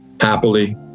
Happily